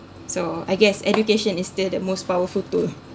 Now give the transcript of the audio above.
so I guess education is still the most powerful tool